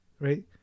right